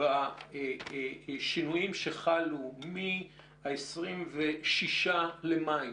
בשינויים שחלו מה-26 למאי,